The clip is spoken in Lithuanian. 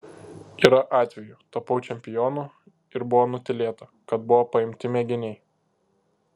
yra atvejų tapau čempionu ir buvo nutylėta kad buvo paimti mėginiai